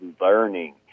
learning